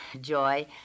Joy